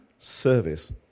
service